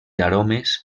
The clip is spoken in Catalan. aromes